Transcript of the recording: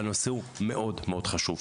הנושא הוא מאוד מאוד חשוב.